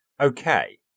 Okay